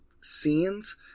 scenes